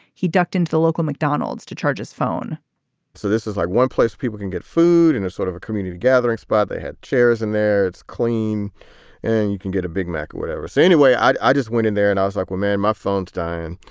he ducked into the local mcdonald's to charges phone so this is like one place people can get food and this sort of a community gathering spot. they had chairs in there. it's clean and you can get a big mac or whatever. so anyway, i i just went in there and i was like, well, man, my phone's dying.